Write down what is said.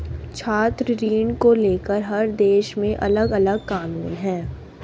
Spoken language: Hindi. छात्र ऋण को लेकर हर देश में अलगअलग कानून है